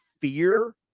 fear